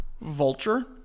Vulture